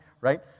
right